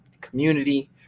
community